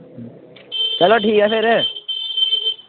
चलो ठीक ऐ फिर